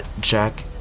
Jack